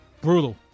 Brutal